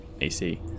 AC